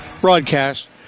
broadcast